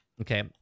Okay